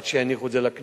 עד שיניחו את זה בכנסת.